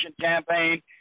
campaign